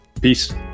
peace